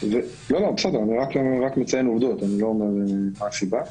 אני רק מציין עובדות, אני לא אומר מה הסיבה.